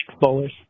bowlers